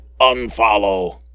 unfollow